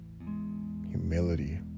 humility